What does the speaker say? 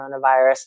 coronavirus